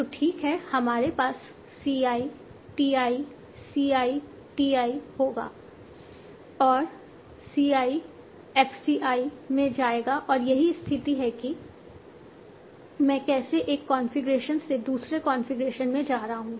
तो ठीक है हमारे पास c i t i c i t i होगा और c i f c i में जाएगा और यही स्थिति है कि मैं कैसे एक कॉन्फ़िगरेशन से दूसरे कॉन्फ़िगरेशन में जा रहा हूं